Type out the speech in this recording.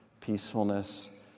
peacefulness